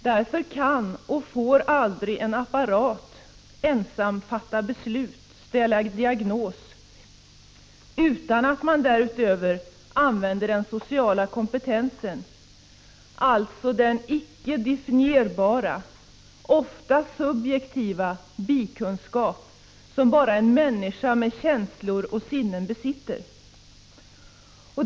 Därför kan och får aldrig en apparat ensam fatta beslut, ställa en diagnos utan att man därutöver använder den sociala kompetensen, alltså den icke definierbara, ofta subjektiva bikunskap som bara en människa med känslor och sinnen besitter.